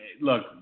look